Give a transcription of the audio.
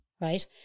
right